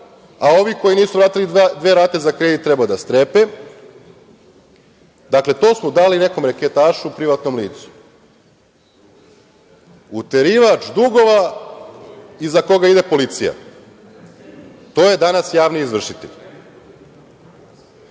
a ovi koji nisu vratili dve rate za kredit treba da strepe. Dakle, to su dali nekom reketašu, privatnom licu. Uterivač dugova iza koga ide policija. To je danas javni izvršitelj. Postavlja